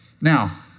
Now